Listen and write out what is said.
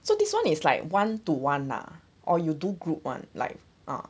so this one is like one to one lah or you do group one like ah